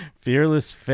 Fearless